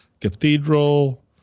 cathedral